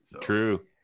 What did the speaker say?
True